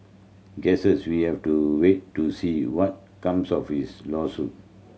guesses we have to wait to see what comes of his lawsuit